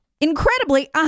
Incredibly